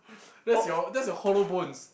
that's your that's your hollow bones